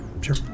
Sure